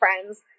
friends